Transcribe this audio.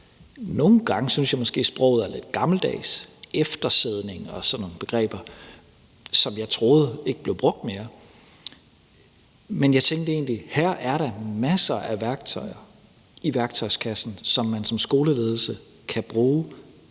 Nogle gange synes jeg måske, at sproget er lidt gammeldags – eftersidning og sådan nogle begreber, som jeg troede ikke blev brugt mere – men jeg tænkte egentlig, at her er der masser af værktøjer i værktøjskassen, som man som skoleledelse kan bruge